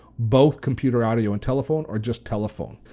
both computer audio and telephone or just telephone.